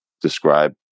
describe